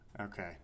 Okay